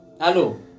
Hello